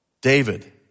David